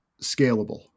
scalable